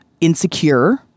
Insecure